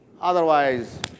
Otherwise